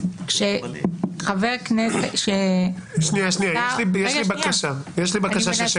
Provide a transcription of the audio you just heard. כששר --- יש לי בקשה שהשאלות יהיו בסוף.